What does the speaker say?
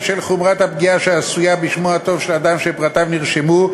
בשל חומרת הפגיעה שעשויה להיות בשמו הטוב של אדם שפרטיו נרשמו,